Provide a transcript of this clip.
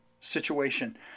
situation